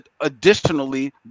additionally